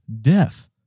death